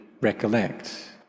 recollect